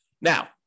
Now